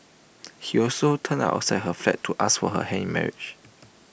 he also turned up outside her flat to ask for her hand in marriage